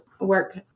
work